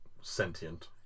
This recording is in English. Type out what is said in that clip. sentient